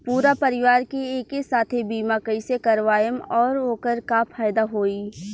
पूरा परिवार के एके साथे बीमा कईसे करवाएम और ओकर का फायदा होई?